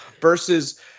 versus –